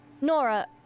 Nora